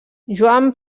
joan